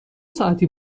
ساعتی